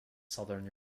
southern